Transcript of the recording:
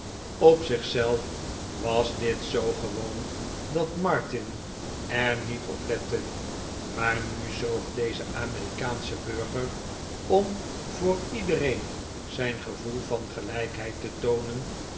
op zich zelf was dit zoo gewoon dat martin er niet op lette maar nu zoog deze amerikaansche burger om voor iedereen zijn gevoel van gelijkheid te toonen